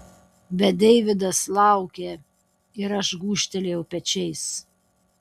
bet deividas laukė ir aš gūžtelėjau pečiais